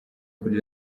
kuri